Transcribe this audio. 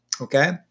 okay